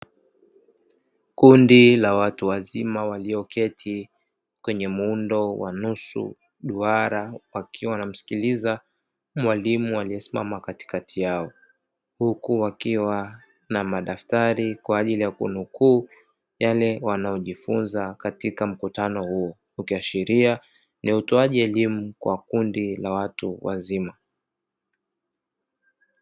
Kundi la watu wazima walioketi kwenye muundo wa nusu duara wakiwa wanamsikiliza mwalimu aliyesimama katikati yao. Huku wakiwa na madaftari kwa ajili ya kunukuu yale wanayojifunza katika mkutano huo; ukiashiria ni utoaji elimu kwa kundi la watu wazima.